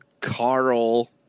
Carl